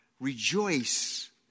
rejoice